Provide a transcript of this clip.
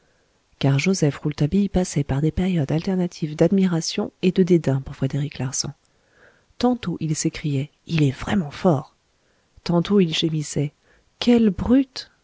car joseph rouletabille passait par des périodes alternatives d'admiration et de dédain pour frédéric larsan tantôt il s'écriait il est vraiment fort tantôt il gémissait quelle brute